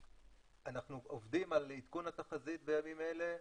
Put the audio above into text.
אנחנו עובדים על עדכון התחזית בימים אלה,